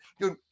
Dude